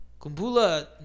Kumbula